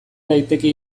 daiteke